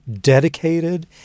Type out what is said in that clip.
dedicated